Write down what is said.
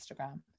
instagram